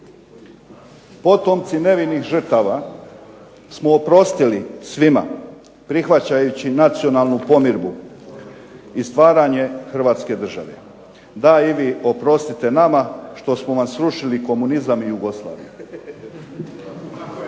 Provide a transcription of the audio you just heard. potomci nevinih žrtava smo oprostili svima, prihvaćajući nacionalnu pomirbu i stvaranje Hrvatske države, da i vi oprostite nama što smo vam srušili komunizam i Jugoslaviju.